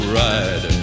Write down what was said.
ride